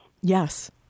Yes